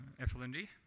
FLNG